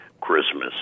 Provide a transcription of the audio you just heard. Christmas